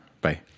Bye